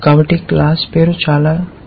కాబట్టి క్లాస్ పేరు చాలా ఇష్టం